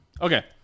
Okay